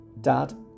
Dad